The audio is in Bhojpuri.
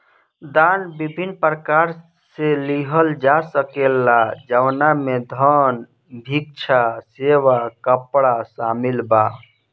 दान विभिन्न प्रकार से लिहल जा सकेला जवना में धन, भिक्षा, सेवा, कपड़ा शामिल बा